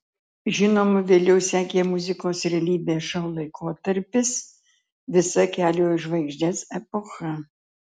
žinoma vėliau sekė muzikos realybės šou laikotarpis visa kelio į žvaigždes epocha